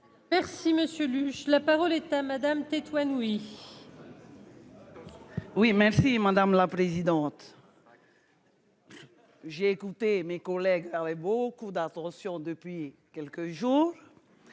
Merci messieurs Lluch la parole est à Madame Tetuanui. Oui. Oui merci madame la présidente. J'ai écouté mes collègues aurait beaucoup d'argent sur depuis quelques jours